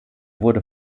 wurde